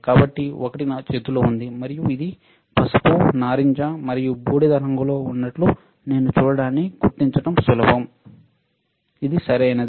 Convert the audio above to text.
కాబట్టి ఒకటి నా చేతిలో ఉంది మరియు ఇది పసుపు నారింజ మరియు బూడిద రంగులో ఉన్నట్లు నేను సూచించడాన్ని గుర్తించడం సులభం ఇది సరైనది